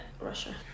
Russia